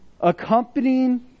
accompanying